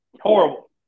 Horrible